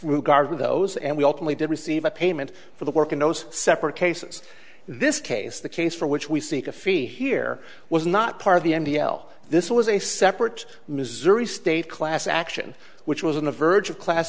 garver those and we openly did receive a payment for the work in those separate cases this case the case for which we seek a fee here was not part of the m t l this was a separate missouri state class action which was on the verge of class